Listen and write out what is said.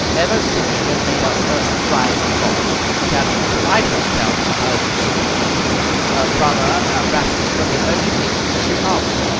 ever since she had made her first drive at golf, she had prided herself on her use of the wood. her brother and her brassey were the only things she loved.